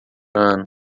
ano